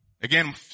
Again